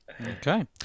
okay